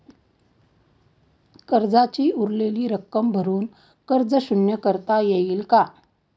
कर्जाची उरलेली रक्कम भरून कर्ज शून्य करता येईल का?